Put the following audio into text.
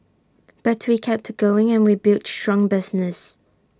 but we kept going and we built strong business